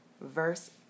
verse